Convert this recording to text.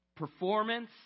Performance